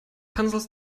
pencils